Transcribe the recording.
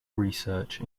research